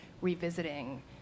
revisiting